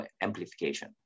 amplification